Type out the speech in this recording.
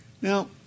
Now